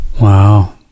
wow